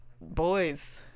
boys